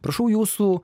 prašau jūsų